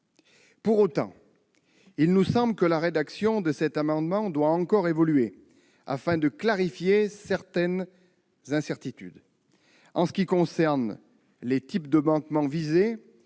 Pour autant, il nous semble que la rédaction de cet amendement doit encore évoluer, afin de clarifier certaines incertitudes en ce qui concerne les types de manquements visés